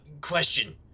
question